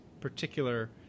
particular